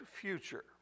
future